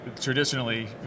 traditionally